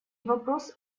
вопрос